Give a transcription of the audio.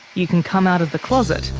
you can come out of the closet,